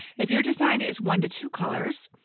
if your design is one to two colors,